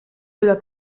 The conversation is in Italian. della